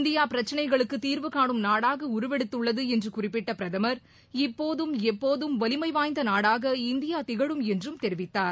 India பிரச்சினைகளுக்கு தீர்வு கானும் நாடாக உருவெடுத்துள்ளது என்று குறிப்பிட்ட பிரதமர் இப்போதும் எப்போதும் வலிமைவாய்ந்த நாடாக இந்தியா திகழும் என்றும் தெரிவித்தார்